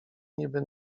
niby